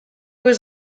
was